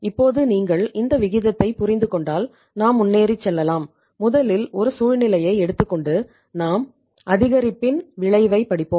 இப்போது நீங்கள் இந்த விகிதத்தைப் புரிந்து கொண்டால் நாம் முன்னேறிச்செல்லலாம் முதலில் ஒரு சூழ்நிலையை எடுத்துக்கொண்டு நாம் அதிகரிப்பின் விளைவைப் படிப்போம்